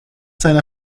seiner